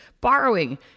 borrowing